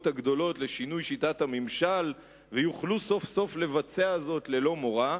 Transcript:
הגדולות לשינוי שיטת הממשל ויוכלו סוף-סוף לבצע זאת ללא מורא?